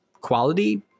quality